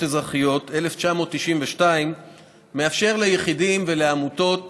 אזרחיות) מ-1992 מאפשר ליחידים ולעמותות